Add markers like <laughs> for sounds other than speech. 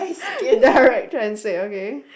<laughs> direct translate okay